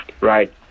right